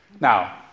Now